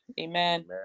Amen